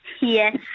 Yes